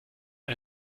ein